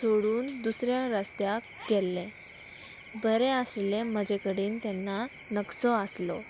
सोडून दुसऱ्या रस्त्याक गेल्ले बरें आशिल्ले म्हजे कडेन तेन्ना नक्सो आसलो